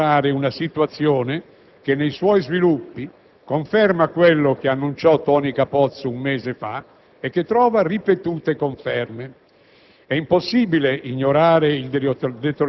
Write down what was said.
Da parte loro, i servizi di sicurezza israeliani hanno annunciato che Hezbollah si sarebbe rinforzato militarmente e disporrebbe oggi di ben 20.000 testate di missili.